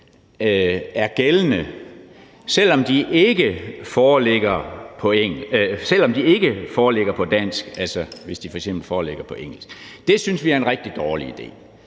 er gældende, selv om de ikke foreligger på dansk, altså hvis de f.eks. foreligger på engelsk. Det synes vi er en rigtig dårlig idé.